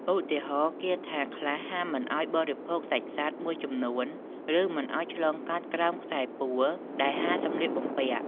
ឧទាហរណ៍ គាថាខ្លះហាមមិនឱ្យបរិភោគសាច់សត្វមួយចំនួន ឬមិនឱ្យឆ្លងកាត់ក្រោមខ្សែពួរដែលហាលសម្លៀកបំពាក់។